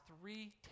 three